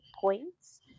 points